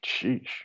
Sheesh